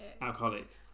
Alcoholic